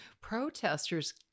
protesters